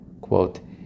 quote